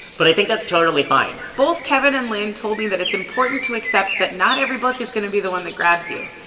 but i think that's totally fine both kevin and lynn told me that it's important to accept that not every book is going to be the one that grabs you.